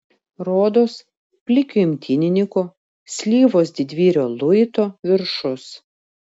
rodos plikio imtynininko slyvos didvyrio luito viršus